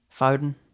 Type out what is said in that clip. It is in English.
Foden